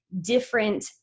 Different